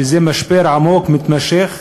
וזה משבר עמוק, מתמשך.